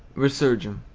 resurgam.